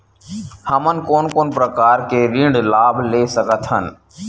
हमन कोन कोन प्रकार के ऋण लाभ ले सकत हन?